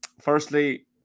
firstly